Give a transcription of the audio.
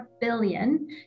billion